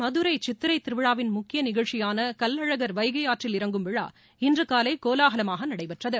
மதுரை சித்திரைத் திருவிழாவின் முக்கிய நிகழ்ச்சியான கள்ளழகர் வைகை ஆற்றில் இறங்கும் விழா இன்று காலை கோலாகலமாக நடைபெற்றது